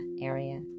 area